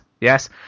Yes